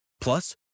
Plus